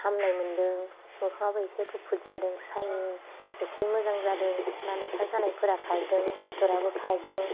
हामनाय मोन्दों मोखाङाबो एसे गुफुर जादों साइनिं एसे मोजां जादों नानेखा जानायफोरा खारदों फिथ'राबो खारदों